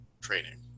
training